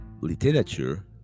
literature